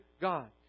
God